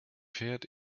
fährt